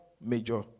major